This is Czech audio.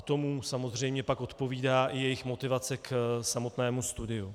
Tomu samozřejmě pak odpovídá i jejich motivace k samotnému studiu.